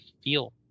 feel